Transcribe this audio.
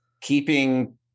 Keeping